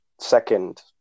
second